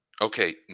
Okay